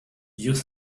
use